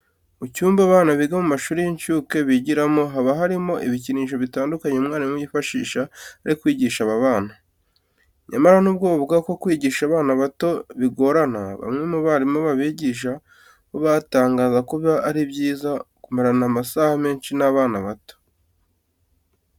Mu cyumba abana biga mu mashuri y'incuke bigiramo haba harimo ibikinisho bitandukanye umwarimu yifashisha ari kwigisha aba bana. Nyamara nubwo bavuga ko kwigisha abana bato bigorana, bamwe mu barimu babigisha bo batangaza ko biba ari byiza kumarana amasaha menshi n'abana bato.